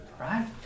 right